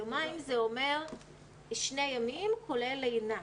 יומיים זה אומר שני ימים כולל לינה.